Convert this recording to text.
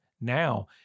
now